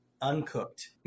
uncooked